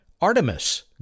Artemis